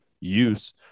use